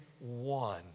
one